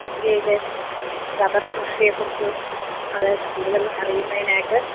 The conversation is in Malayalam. ഇൻഡ്യയിലെ റബ്ബർ കൃഷിയെ കുറിച്ച് അത് കൂടുതൽ അറിയുന്നതിനായിട്ട്